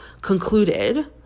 concluded